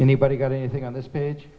anybody got anything on this page